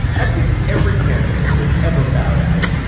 as with every candidate who has ever bowed out,